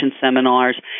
seminars